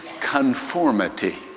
conformity